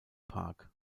park